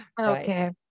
okay